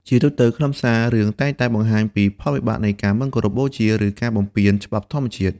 ជាទូទៅ ខ្លឹមសាររឿងតែងតែបង្ហាញពីផលវិបាកនៃការមិនគោរពបូជាឬការបំពានច្បាប់ធម្មជាតិ។